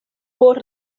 por